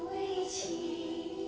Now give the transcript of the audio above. she